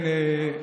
כן.